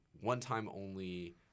one-time-only